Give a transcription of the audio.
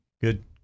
Good